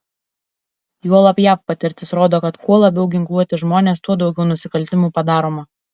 juolab jav patirtis rodo kad kuo labiau ginkluoti žmonės tuo daugiau nusikaltimų padaroma